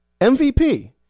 MVP